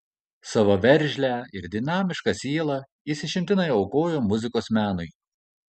savo veržlią ir dinamišką sielą jis išimtinai aukojo muzikos menui